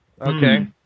Okay